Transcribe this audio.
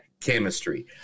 chemistry